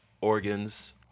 organs